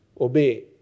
obey